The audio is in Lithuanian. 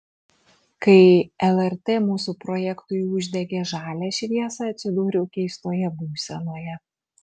kai lrt mūsų projektui uždegė žalią šviesą atsidūriau keistoje būsenoje